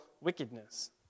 wickedness